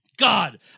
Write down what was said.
God